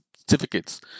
certificates